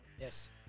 Yes